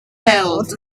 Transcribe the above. held